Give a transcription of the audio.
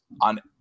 on